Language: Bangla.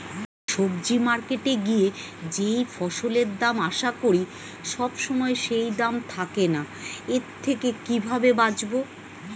সবজি মার্কেটে গিয়ে যেই ফসলের দাম আশা করি সবসময় সেই দাম থাকে না এর থেকে কিভাবে বাঁচাবো?